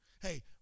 Hey